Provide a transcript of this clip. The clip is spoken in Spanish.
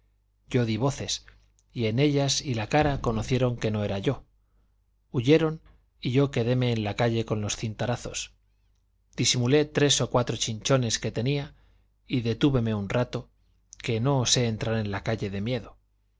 yo di voces y en ellas y la cara conocieron que no era yo huyeron y yo quedéme en la calle con los cintarazos disimulé tres o cuatro chichones que tenía y detúveme un rato que no osé entrar en la calle de miedo